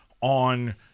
on